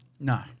No